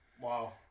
Wow